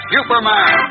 Superman